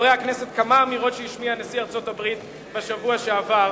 לחברי הכנסת כמה אמירות שהשמיע נשיא ארצות-הברית בשבוע שעבר.